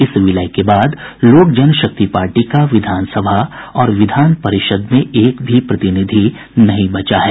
इस विलय के बाद लोक जनशक्ति पार्टी का विधानसभा और विधान परिषद में एक भी प्रतिनिधि नहीं बचा है